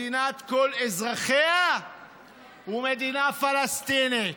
מדינת כל אזרחיה ומדינה פלסטינית.